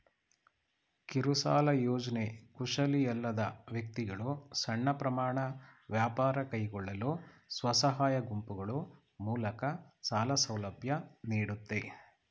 ಕಿರುಸಾಲ ಯೋಜ್ನೆ ಕುಶಲಿಯಲ್ಲದ ವ್ಯಕ್ತಿಗಳು ಸಣ್ಣ ಪ್ರಮಾಣ ವ್ಯಾಪಾರ ಕೈಗೊಳ್ಳಲು ಸ್ವಸಹಾಯ ಗುಂಪುಗಳು ಮೂಲಕ ಸಾಲ ಸೌಲಭ್ಯ ನೀಡುತ್ತೆ